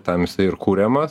tam jisai ir kuriamas